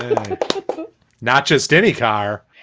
ah not just any car,